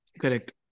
Correct